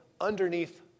underneath